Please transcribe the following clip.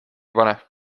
pane